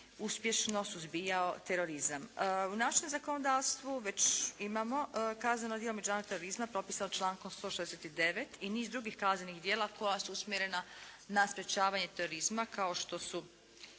uspješno suzbijao terorizam. U našem zakonodavstvu već imamo kazneno djelo međunarodnog terorizma propisano člankom 169. i niz drugih kaznenih djela koja su usmjerena na sprječavanje terorizma kao što su